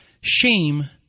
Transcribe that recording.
shame